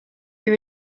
your